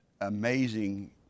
amazing